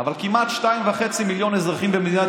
אבל כמעט 2.5 מיליון אזרחים במדינת